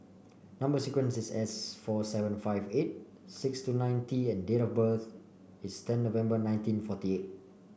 number sequence is S four seven five eight six two nine T and date of birth is ten November nineteen forty eight